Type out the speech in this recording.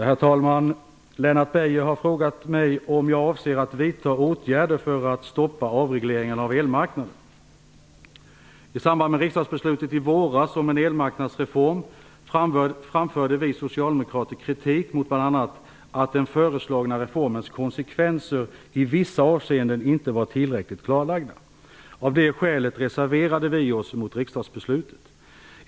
Herr talman! Lennart Beijer har frågat mig om jag avser att vidta åtgärder för att stoppa avregleringen av elmarknaden. I samband med riksdagsbeslutet i våras om en elmarknadsreform framförde vi socialdemokrater kritik bl.a. mot att den föreslagna reformens konsekvenser i vissa avseenden inte var tillräckligt klarlagda. Av det skälet reserverade vi oss mot riksdagsbeslutet.